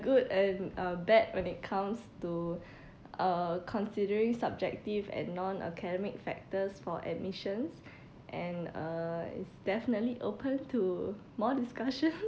good and uh bad when it comes to uh considering subjective and non-academic factors for admissions and uh it's definitely open to more discussion